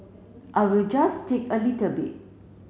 I will just take a little bit